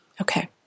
Okay